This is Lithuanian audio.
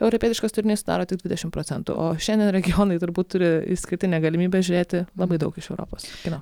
europietiškas turinys sudaro tik dvidešim procentų o šiandien regionai turbūt turi išskirtinę galimybę žiūrėti labai daug iš europos kino